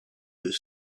was